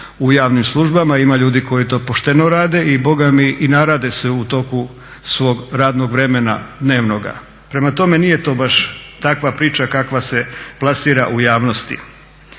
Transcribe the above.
u javnim službama. Ima ljudi koji to pošteno rade i narade se u toku svog radnog vremena dnevnoga. Prema tome, nije to baš takva priča kakva se plasira u javnosti.